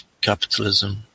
capitalism